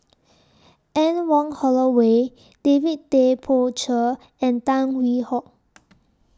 Anne Wong Holloway David Tay Poey Cher and Tan Hwee Hock